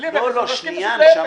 בלי מכס, הם מרסקים את השוק.